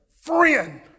friend